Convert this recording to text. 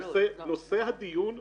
נושא הדיון,